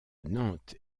nantes